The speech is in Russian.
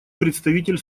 представитель